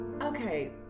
Okay